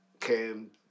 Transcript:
came